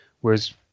Whereas